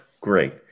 great